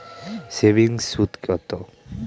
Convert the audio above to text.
সেভিংসে সুদ কত?